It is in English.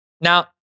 Now